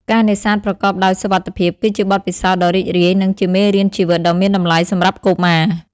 ការនេសាទប្រកបដោយសុវត្ថិភាព គឺជាបទពិសោធន៍ដ៏រីករាយ និងជាមេរៀនជីវិតដ៏មានតម្លៃសម្រាប់កុមារ។